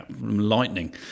lightning